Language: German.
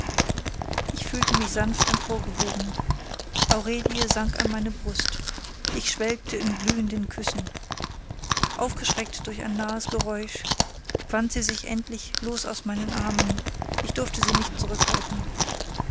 ich fühlte mich sanft emporgehoben aurelie sank an meine brust ich schwelgte in glühenden küssen aufgeschreckt durch ein nahes geräusch wand sie sich endlich los aus meinen armen ich durfte sie nicht zurückhalten